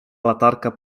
latarka